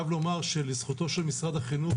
לזכותו של משרד החינוך,